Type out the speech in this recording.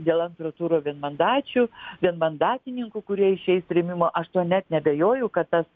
dėl antro turo vienmandačių vienmandatininkų kurie išeis rėmimo aš tuo net neabejoju kad tas